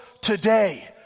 today